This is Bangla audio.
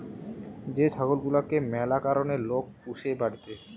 যে ছাগল গুলাকে ম্যালা কারণে লোক পুষে বাড়িতে